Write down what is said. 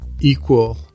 equal